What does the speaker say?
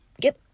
get